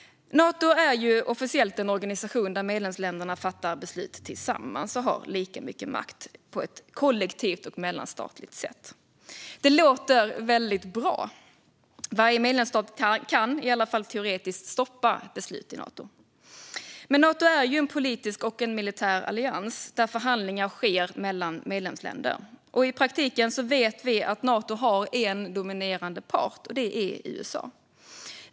Nato är officiellt en organisation där medlemsländerna har lika mycket makt och fattar beslut tillsammans på ett kollektivt, mellanstatligt sätt. Det låter bra. Varje medlemsstat kan, åtminstone teoretiskt, stoppa beslut. Men Nato är både en politisk och en militär allians där förhandlingar sker mellan medlemsländerna, och i praktiken vet vi att Nato har en dominerande part: USA.